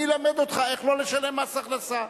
אני אלמד אותך איך לא לשלם מס הכנסה,